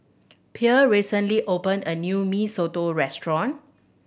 Pierre recently opened a new Mee Soto restaurant